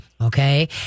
Okay